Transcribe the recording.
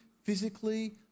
Physically